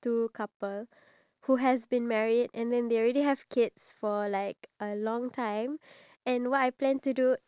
and then at the end of the day the I would want the husband to surprise the woman with like a dinner date with roses